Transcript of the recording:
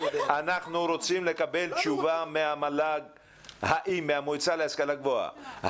אנחנו רוצים לקבל תשובה מהמועצה להשכלה גבוהה,